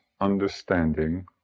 understanding